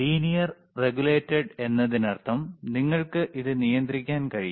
linear regulated എന്നതിനർത്ഥം നിങ്ങൾക്ക് ഇത് നിയന്ത്രിക്കാൻ കഴിയും